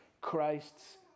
Christ's